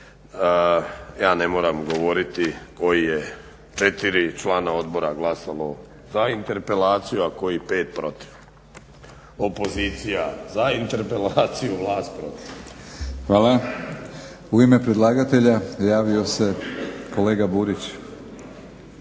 Ja ne moram govoriti kojih je 4 članova odbora glasalo za interpelaciju, a kojih 5 protiv. Opozicija za interpelaciju, vlast protiv. **Batinić, Milorad (HNS)** Hvala. U ime predlagatelja javio se … /Upadica